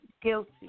guilty